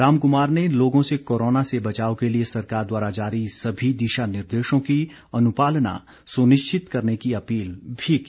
रामकुमार ने लोगों से कोरोना से बचाव के लिए सरकार द्वारा जारी सभी दिशा निर्देशों की अनुपालना सुनिश्चित करने की अपील भी की